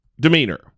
demeanor